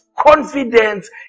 Confidence